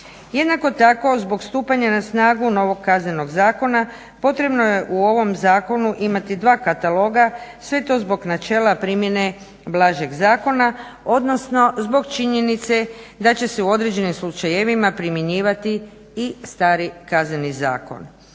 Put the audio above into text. Jednako tako zbog stupanja na snagu novog KZ-a potrebo je u ovom zakonu imati dva kataloga, sve to zbog načela primjene blažeg zakona, odnosno zbog činjenice da će se u određenim slučajevima primjenjivati i stari KZ.